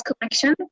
collection